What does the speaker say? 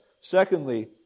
Secondly